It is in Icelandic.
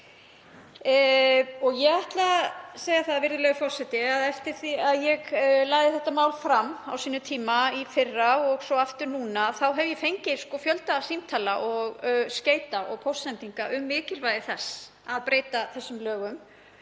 Ég ætla að segja það, virðulegur forseti, að eftir að ég lagði þetta mál fram á sínum tíma í fyrra og svo aftur núna hef ég fengið fjölda símtala og skeyta og póstsendinga um mikilvægi þess að breyta þessum lögum